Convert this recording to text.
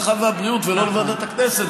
הרווחה והבריאות ולא לוועדת הכנסת,